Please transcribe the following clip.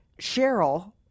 Cheryl